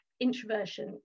introversion